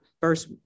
first –